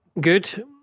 Good